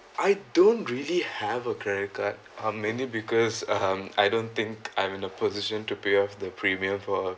I don't really have a credit card um mainly because um I don't think I'm in a position to pay off the premium for